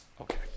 Okay